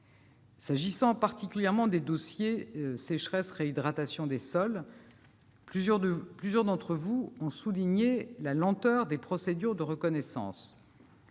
S'agissant particulièrement des dossiers sécheresse-réhydratation de sols, plusieurs d'entre vous ont souligné la lenteur des procédures de reconnaissance.